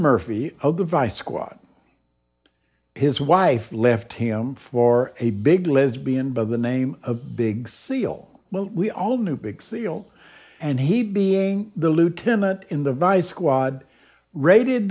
murphy of the vice squad his wife left him for a big lesbian by the name of a big seal well we all knew big seal and he being the lieutenant in the vice squad raided